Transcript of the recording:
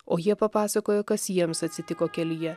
o jie papasakojo kas jiems atsitiko kelyje